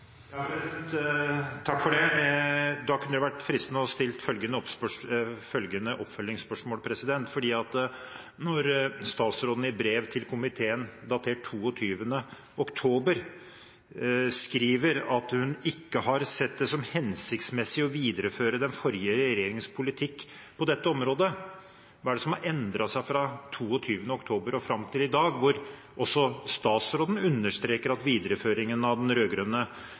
komiteen datert 22. oktober skriver at hun «har ikke sett det som hensiktsmessig å videreføre den forrige regjeringens politikk på dette området», hva er det som har endret seg fra 22. oktober og fram til i dag, når også statsråden understreker at videreføringen av den